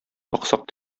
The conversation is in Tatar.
аксак